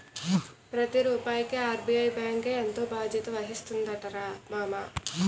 ప్రతి రూపాయికి ఆర్.బి.ఐ బాంకే ఎంతో బాధ్యత వహిస్తుందటరా మామా